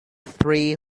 free